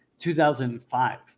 2005